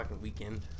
weekend